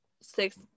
six